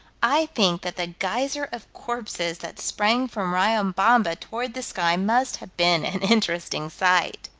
i think that the geyser of corpses that sprang from riobamba toward the sky must have been an interesting sight.